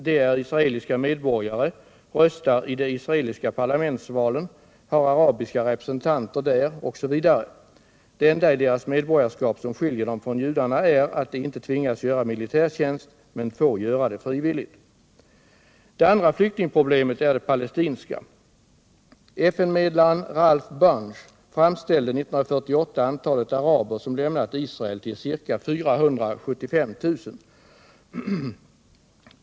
De är israeliska medborgare, röstar i de israeliska parlamentsvalen, har arabiska representanter där osv. Det enda i deras medborgarskap som skiljer dem från judarna är att de inte tvingas göra militärtjänst — men får göra det frivilligt! Det andra flyktingproblemet är det palestinska. FN-medlaren Ralph Bunche fastställde 1948 antalet araber som lämnat Israel till ca 475 000.